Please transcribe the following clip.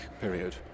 period